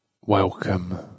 welcome